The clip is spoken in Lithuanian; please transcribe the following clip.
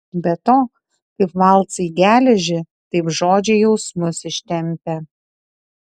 be to kaip valcai geležį taip žodžiai jausmus ištempia